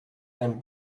and